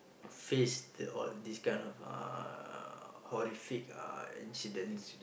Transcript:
face the all these kind of uh horrific uh incidents